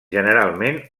generalment